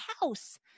house